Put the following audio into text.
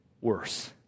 worse